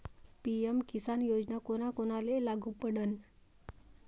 PM Kisan योजना कोना कोनाले लागू पडन?